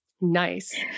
Nice